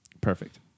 Perfect